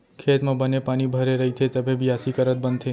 खेत म बने पानी भरे रइथे तभे बियासी करत बनथे